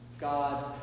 God